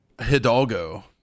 Hidalgo